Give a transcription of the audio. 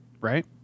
right